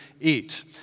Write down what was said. eat